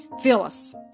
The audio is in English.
Phyllis